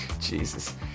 Jesus